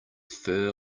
fur